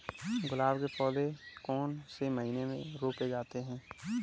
गुलाब के पौधे कौन से महीने में रोपे जाते हैं?